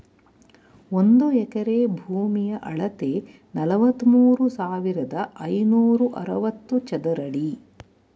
ಒಂದು ಎಕರೆ ಭೂಮಿಯ ಅಳತೆ ನಲವತ್ಮೂರು ಸಾವಿರದ ಐನೂರ ಅರವತ್ತು ಚದರ ಅಡಿ